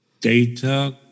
data